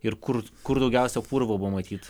ir kur kur daugiausia purvo buvo matyt